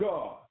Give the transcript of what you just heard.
God